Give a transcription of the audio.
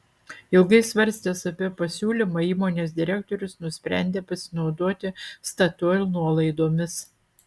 ilgai svarstęs apie pasiūlymą įmonės direktorius nusprendė pasinaudoti statoil nuolaidomis